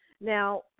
Now